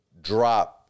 drop